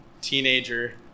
teenager